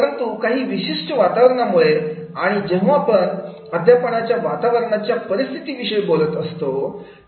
परंतु काही विशिष्ट वातावरणामुळे आणि जेव्हा पण अध्यापनाच्या वातावरणाच्या परिस्थितीविषयी बोलत असतो